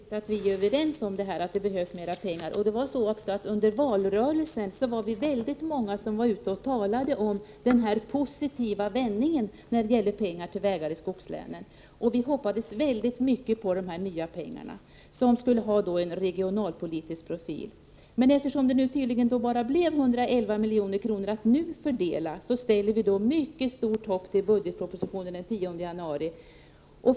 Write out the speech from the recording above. Herr talman! Det är alldeles riktigt att vi är överens om att det behövs mera pengar. Vi var väldigt många som under valrörelsen var ute och talade om den här positiva vändningen när det gäller pengar till vägar i skogslänen. Vi hoppades mycket på de nya pengar som skulle ha regionalpolitisk betydelse. Eftersom det bara blev 111 milj.kr. att nu fördela, ställer vi mycket stort hopp till budgetpropositionen, som framläggs den 10 januari.